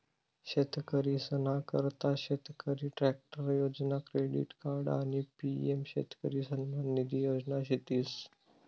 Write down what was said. शेतकरीसना करता शेतकरी ट्रॅक्टर योजना, क्रेडिट कार्ड आणि पी.एम शेतकरी सन्मान निधी योजना शेतीस